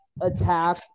attack